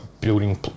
building